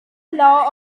law